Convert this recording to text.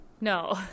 No